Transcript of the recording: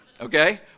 Okay